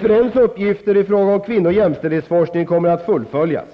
FRN:s uppgifter i fråga om kvinno och jämställdhetsforskningen kommer att fullföljas.